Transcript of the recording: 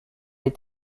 est